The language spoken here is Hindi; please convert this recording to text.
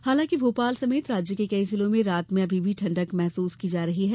हालांकि भोपाल समेत राज्य के कई जिलों में रात में अभी भी ठंडक महसूस की जा रही है